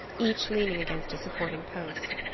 each leaning against a supporting post.